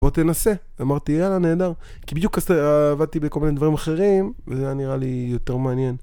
בוא תנסה אמרתי יאללה נהדר כי בדיוק כזה עבדתי בכל מיני דברים אחרים וזה היה נראה לי יותר מעניין